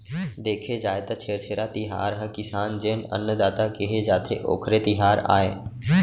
देखे जाए त छेरछेरा तिहार ह किसान जेन ल अन्नदाता केहे जाथे, ओखरे तिहार आय